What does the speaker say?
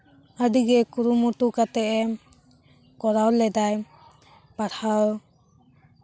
ᱟᱹᱰᱤᱜᱮ ᱠᱩᱨᱩᱢᱩᱴᱩ ᱠᱟᱛᱮᱜ ᱮ ᱠᱚᱨᱟᱣ ᱞᱮᱫᱟᱭ ᱯᱟᱲᱦᱟᱣ